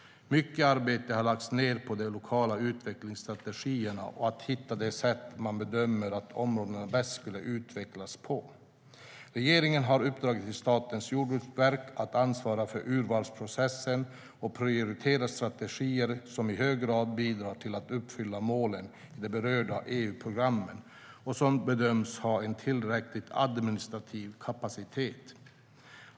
Mycket arbete har lagts ned på de lokala utvecklingsstrategierna och att hitta det sätt man bedömer att området bäst skulle utvecklas på. Regeringen har uppdragit till Statens jordbruksverk att ansvara för urvalsprocessen och prioritera strategier som i hög grad bidrar till att uppfylla målen i de berörda EU-programmen och som bedöms ha en tillräcklig administrativ kapacitet.